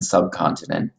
subcontinent